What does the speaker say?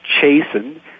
chastened